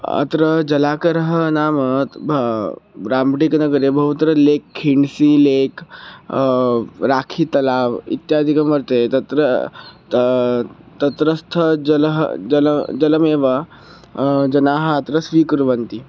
अत्र जलाकारः नाम अत्र भा राम्टेकनगरे बहुत्र लेक् खिण्सी लेक् राखीतलाव् इत्यादिकं वर्ते तत्र त तत्रस्थजलः जलमेव जनाः अत्र स्वीकुर्वन्ति